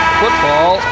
football